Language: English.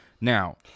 Now